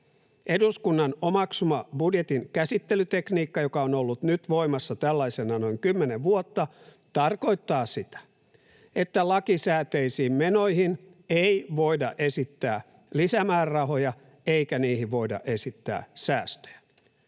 Eduskunnan omaksuma budjetin käsittelytekniikka, joka on ollut nyt voimassa tällaisena noin 10 vuotta, tarkoittaa sitä, että lakisääteisiin menoihin ei voida esittää lisämäärärahoja eikä niihin voida esittää säästöjä.